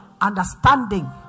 understanding